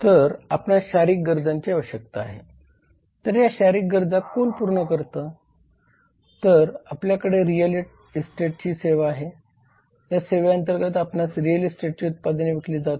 तर आपणास शारीरिक गरजांची आवश्यकता आहे तर या शारीरिक गरजा कोण पूर्ण करत तर आपल्याकडे रियल इस्टेटची सेवा आहे या सेवेअंतर्गत आपणास रियल इस्टेटचे उत्पादने विकली जातात